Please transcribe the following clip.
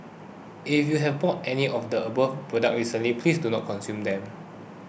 if you have bought any of the above products recently please do not consume them